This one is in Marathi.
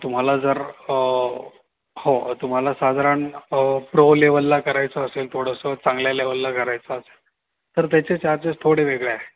तुम्हाला जर हो तुम्हाला साधारण प्रो लेवलला करायचं असेल थोडंसं चांगल्या लेवलला करायचं असेल तर त्याचे चार्जेस थोडे वेगळे आहे